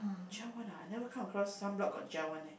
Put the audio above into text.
gel one ah I never come across sunblock got gel one leh